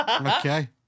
Okay